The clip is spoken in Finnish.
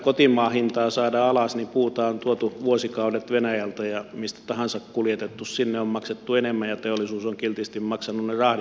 kotimaan hinnan saamiseksi alas puuta on tuotu vuosikaudet venäjältä ja mistä tahansa kuljetettu sinne on maksettu enemmän ja teollisuus on kiltisti maksanut ne rahdit myöskin